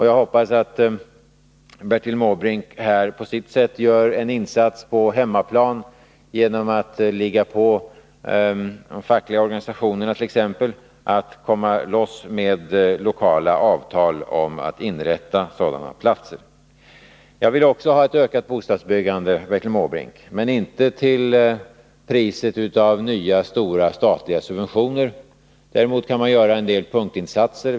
Jag hoppas att Bertil Måbrink på sitt sätt gör en insats på hemmaplan genom att trycka på t.ex. de fackliga organisationerna, så att de kommer loss med lokala avtal om att inrätta sådana ungdomsplatser. Jag vill också ha ett ökat bostadsbyggande, Bertil Måbrink, men inte till priset av nya stora statliga subventioner. Däremot kan man göra en del punktinsatser.